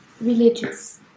religious